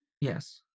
Yes